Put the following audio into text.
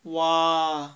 !wah!